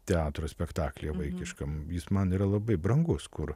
teteatro spektaklyje vaikiškam jis man yra labai brangus kur